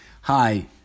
Hi